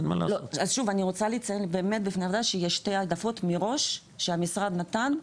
אז שוב אני רוצה לציין בפני הוועדה שיש שתי העדפות מראש שהמשרד נתן,